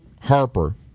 Harper